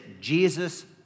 Jesus